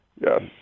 Yes